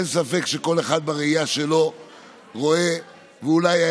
אין ספק שכל אחד בראייה שלו רואה ואולי היה